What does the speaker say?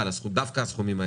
אדוני היושב-ראש,